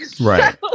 right